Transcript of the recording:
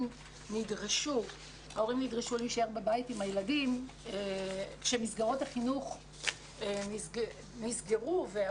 נדרשו להישאר בבית עם הילדים כשמסגרות החינוך נסגרו.